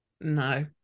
no